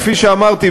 כפי שאמרתי,